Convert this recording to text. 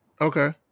Okay